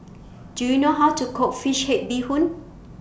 Do YOU know How to Cook Fish Head Bee Hoon